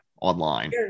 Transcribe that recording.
online